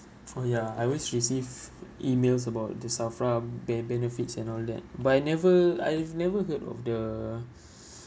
oh ya I always receive emails about the SAFRA be~ benefits and all that but I never I've never heard of the